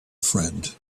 friend